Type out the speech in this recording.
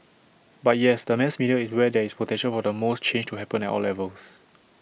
but yes the mass media is where there is potential for the most change to happen at all levels